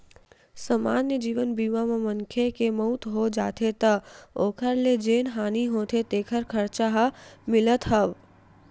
समान्य जीवन बीमा म मनखे के मउत हो जाथे त ओखर ले जेन हानि होथे तेखर खरचा ह मिलथ हव